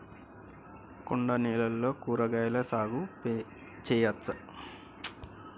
కొండ నేలల్లో కూరగాయల సాగు చేయచ్చా?